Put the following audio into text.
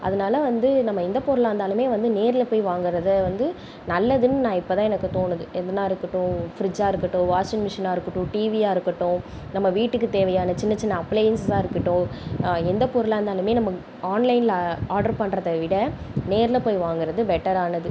அதனால வந்து நம்ம எந்த பொருளாக இருந்தாலும் வந்து நேரில் போய் வாங்கிறத வந்து நல்லதுன்னு நான் இப்போ தான் எனக்கு தோணுது எதுனா இருக்கட்டும் ஃப்ரிட்ஜ்ஜாக இருக்கட்டும் வாஷிங்மிஷினாக இருக்கட்டும் டிவியாக இருக்கட்டும் நம்ம வீட்டுக்கு தேவையான சின்ன சின்ன அப்லையன்ஸஸாக இருக்கட்டும் எந்த பொருளாக இருந்தாலும் நமக்கு ஆன்லைனில் ஆர்ட்ரு பண்றதை விட நேரில் போய் வாங்குவது பெட்டரானது